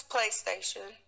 PlayStation